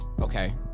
Okay